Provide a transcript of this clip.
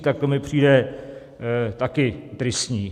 Tak to mi přijde také tristní.